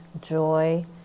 joy